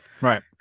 Right